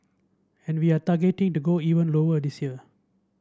and we are targeting to go even lower this year